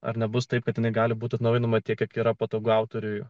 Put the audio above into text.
ar nebus taip kad jinai gali būti atnaujinama tiek kiek yra patogu autoriui